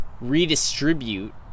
redistribute